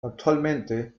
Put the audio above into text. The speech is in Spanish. actualmente